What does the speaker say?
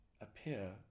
appear